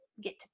get